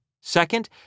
Second